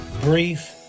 brief